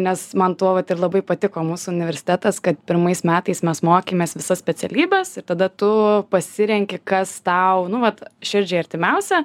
nes man tuo vat ir labai patiko mūsų universitetas kad pirmais metais mes mokėmės visas specialybes ir tada tu pasirenki kas tau nu vat širdžiai artimiausia